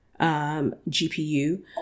GPU